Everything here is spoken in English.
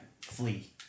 flee